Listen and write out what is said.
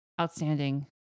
outstanding